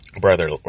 brother